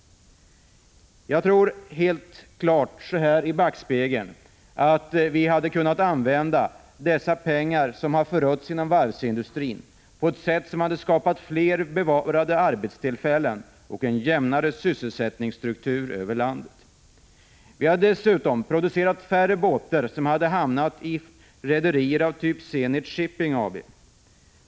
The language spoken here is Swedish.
Jag tror det är helt klart, om vi nu ser i backspegeln, att vi hade kunnat använda de pengar som förötts inom varvsindustrin på ett sätt som hade skapat flera varaktiga arbeten och en jämnare sysselsättningsstruktur över landet. Vi hade dessutom producerat färre båtar som hade hamnat i rederier av typ Zenit Shipping AB.